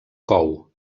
cou